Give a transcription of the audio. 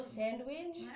sandwich